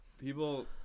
people